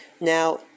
Now